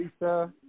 Lisa